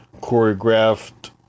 choreographed